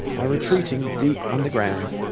by retreating deep underground,